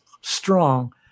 strong